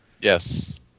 Yes